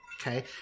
Okay